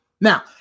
Now